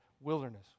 wilderness